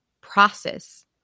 process